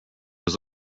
was